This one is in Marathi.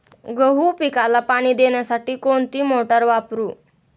गहू पिकाला पाणी देण्यासाठी कोणती मोटार वापरू?